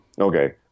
okay